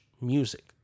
music